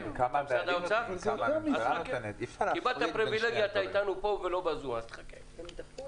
אני לא מדבר בשמם, אבל אני יכול להגיד